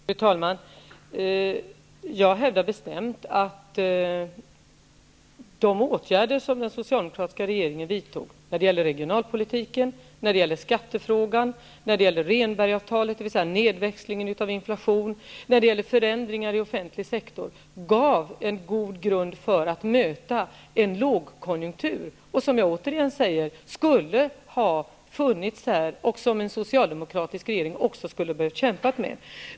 Fru talman! Jag hävdar bestämt att de åtgärder som den socialdemokratiska regeringen vidtog när det gäller regionalpolitiken, när det gäller skattefrågan, när det gäller Rehnbergsavtalet -- dvs. nedväxlingen av inflationen -- och när det gäller förändringar av offentlig sektor gav en god grund för att möta den lågkonjunktur som också en socialdemokratisk regering hade fått kämpa med.